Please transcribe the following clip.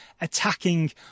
attacking